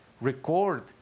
record